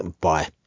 bye